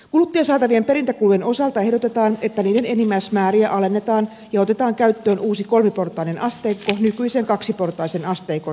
kuluttajasaatavien perintäkulujen osalta ehdotetaan että niiden enimmäismääriä alennetaan ja otetaan käyttöön uusi kolmiportainen asteikko nykyisen kaksiportaisen asteikon sijaan